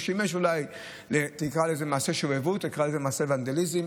הוא שימש אולי למעשי שובבות או למעשי ונדליזם,